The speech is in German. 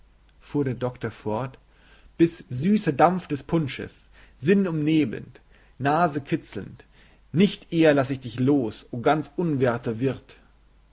fuhr der doktor fort bis süßer dampf des punsches sinn umnebelnd nase kitzelt nicht eher laß ich dich du ganz unwerter wird